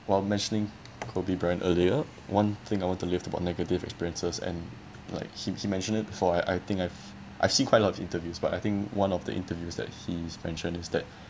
while mentioning kobe bryant earlier one thing I want to lift about negative experiences and like he he mentioned it before I I think I've I've seen quite a lot of interviews but I think one of the interviews that he's mentioned is that